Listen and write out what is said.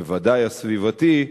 ובוודאי הסביבתי,